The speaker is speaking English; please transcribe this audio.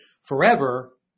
forever